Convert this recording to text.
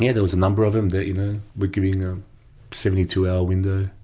yeah there was a number of them that you know were giving a seventy two hour window,